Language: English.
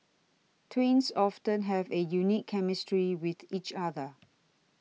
twins often have a unique chemistry with each other